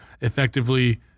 Effectively